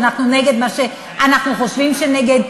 ואנחנו נגד אם אנחנו חושבים שיש להתנגד.